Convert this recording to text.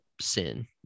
sin